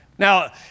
Now